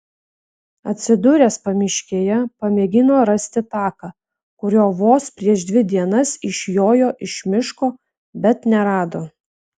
atsidūręs pamiškėje pamėgino rasti taką kuriuo vos prieš dvi dienas išjojo iš miško bet nerado